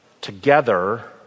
together